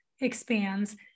expands